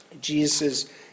Jesus